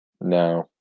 No